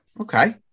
Okay